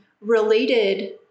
related